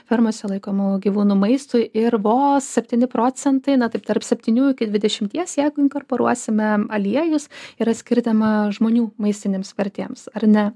fermose laikomų gyvūnų maistui ir vos septyni procentai na tai tarp septynių iki dvidešimties jeigu inkorporuosime aliejus yra skirtima žmonių maistinėms vertėms ar ne